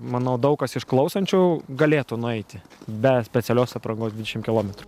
manau daug kas iš klausančių galėtų nueiti be specialios aprangos dvidešimt kilometrų